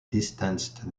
distanced